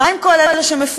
מה עם כל אלה שמפוטרים?